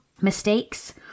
mistakes